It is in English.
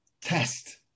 test